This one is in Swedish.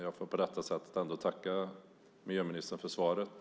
Jag får på detta sätt tacka för svaret.